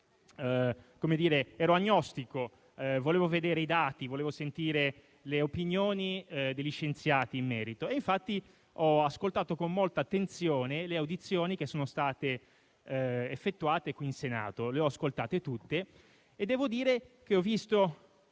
ero agnostico, volevo vedere i dati, volevo sentire le opinioni degli scienziati in merito. Infatti, ho ascoltato con molta attenzione le audizioni che sono state svolte qui in Senato. Le ho ascoltate tutte e ho visto,